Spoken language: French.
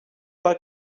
pas